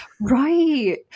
right